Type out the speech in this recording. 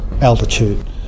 altitude